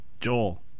Joel